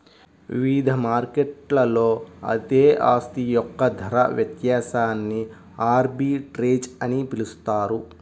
వివిధ మార్కెట్లలో అదే ఆస్తి యొక్క ధర వ్యత్యాసాన్ని ఆర్బిట్రేజ్ అని పిలుస్తారు